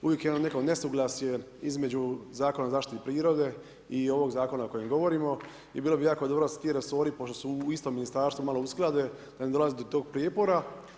Uvijek je neko nesuglasje između Zakona o zaštiti prirode i ovog zakona o kojem govorimo i bilo bi jako dobro da se ti resori pošto su u istom ministarstvu malo usklade, da ne dolazi do tog prijepora.